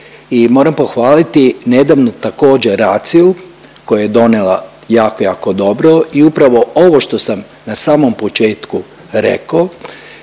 moram pohvaliti nedavnu također raciju koja je donela jako, jako dobro i upravo ovo što sam na samom početku reko.